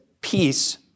peace